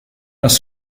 das